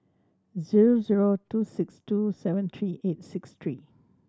zero zero two six two seven three eight six three